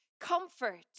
Comfort